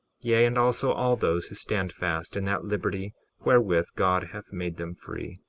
yea, and also all those who stand fast in that liberty wherewith god hath made them free.